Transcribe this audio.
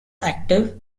active